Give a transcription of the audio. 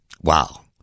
Wow